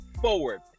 forward